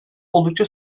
oldukça